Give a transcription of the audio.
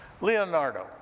Leonardo